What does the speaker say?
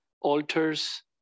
altars